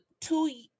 two